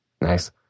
Nice